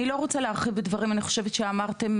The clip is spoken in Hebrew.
אני לא רוצה להרחיב בדברים, אני חושבת שאמרתם